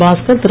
Bhaskar Thiru